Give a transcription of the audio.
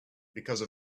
because